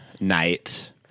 night